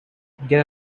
get